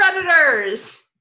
predators